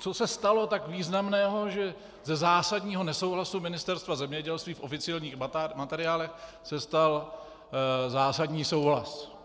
co se stalo tak významného, že ze zásadního nesouhlasu Ministerstva zemědělství v oficiálních materiálech se stal zásadní souhlas.